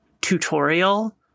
tutorial